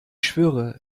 schwöre